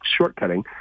shortcutting